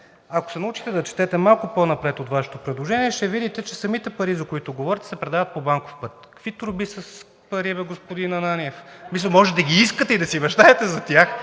Ако се научите да четете малко по-напред от Вашето предложение, ще видите, че самите пари, за които говорите, се предават по банков път. Какви торби с пари бе, господин Ананиев?! В смисъл може да ги искате и да си мечтаете за тях,